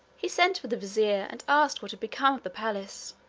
he sent for the vizier and asked what had become of the palace.